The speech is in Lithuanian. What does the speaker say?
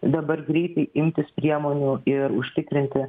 dabar greitai imtis priemonių ir užtikrinti